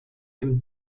dem